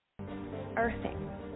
earthing